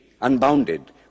unbounded